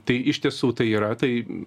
tai iš tiesų tai yra tai